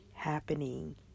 happening